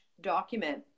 document